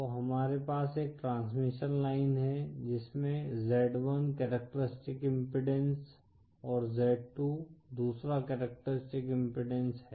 तो हमारे पास एक ट्रांसमिशन लाइन है जिसमें z1 करैक्टरिस्टिक्स इम्पीडेन्स और z2 दूसरा करैक्टरिस्टिक्स इम्पीडेन्स है